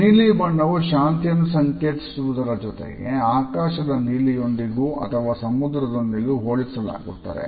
ನೀಲಿ ಬಣ್ಣವು ಶಾಂತಿಯನ್ನು ಸಂಕೇತಿಸುವುದರ ಜೊತೆಗೆ ಆಕಾಶದ ನೀಲಿಯೊಂದಿಗೂ ಅಥವಾ ಸಮುದ್ರದೊಂದಿಗೂ ಹೋಲಿಸಲಾಗುತ್ತದೆ